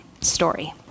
story